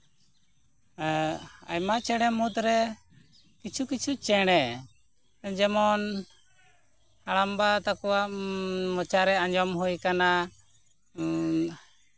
ᱮᱸᱜ ᱟᱭᱢᱟ ᱪᱮᱬᱮ ᱢᱩᱫᱽ ᱨᱮ ᱠᱤᱪᱷᱩᱼᱠᱤᱪᱷᱩ ᱪᱮᱬᱮ ᱡᱮᱢᱚᱱ ᱦᱟᱲᱟᱢᱵᱟ ᱛᱟᱠᱚᱣᱟᱜ ᱢᱚᱪᱟ ᱨᱮ ᱟᱸᱡᱚᱢ ᱦᱩᱭ ᱠᱟᱱᱟ ᱩᱸ